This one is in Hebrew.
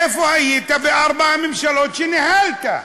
איפה היית בארבע הממשלות שניהלת?